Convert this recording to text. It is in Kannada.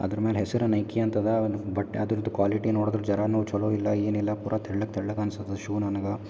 ಅದ್ರ ಮೇಲೆ ಹೆಸ್ರು ನೈಕಿ ಅಂತದ ಬಟ್ ಅದ್ರದು ಕ್ವಾಲಿಟಿ ನೋಡಿದ್ರು ಜರನು ಚಲೋ ಇಲ್ಲ ಏನಿಲ್ಲ ಪೂರಾ ತೆಳ್ಳಗೆ ತೆಳ್ಳಗೆ ಅನ್ಸದ ಶೂ ನನಗೆ